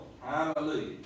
Hallelujah